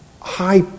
high